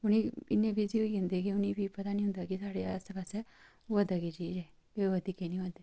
इ'न्ने विज़ी होई जंदे कि प्ही उ'नें गी पता निं होंदा साढ़े आस्सै पास्सै होआ दा केह् चीज़ ऐ होआ दे केह् नेईं होआ दे